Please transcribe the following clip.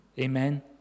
Amen